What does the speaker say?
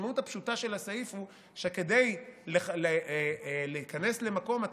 המשמעות הפשוטה של הסעיף היא שכדי להיכנס למקום אתה